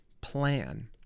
plan